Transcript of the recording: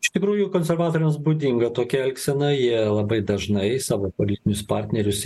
iš tikrųjų konservatoriams būdinga tokia elgsena jie labai dažnai savo politinius partnerius